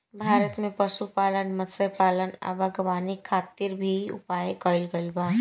भारत में पशुपालन, मत्स्यपालन आ बागवानी खातिर भी उपाय कइल बा